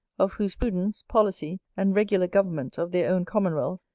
of whose prudence, policy, and regular government of their own commonwealth,